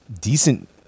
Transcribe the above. decent